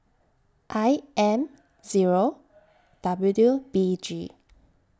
I M Zero W B G